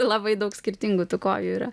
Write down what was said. labai daug skirtingų tų kojų yra